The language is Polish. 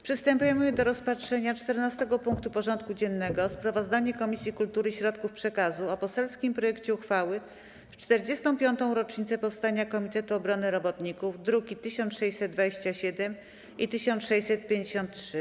Przystępujemy do rozpatrzenia punktu 14. porządku dziennego: Sprawozdanie Komisji Kultury i Środków Przekazu o poselskim projekcie uchwały w 45. rocznicę powstania Komitetu Obrony Robotników (druki nr 1627 i 1653)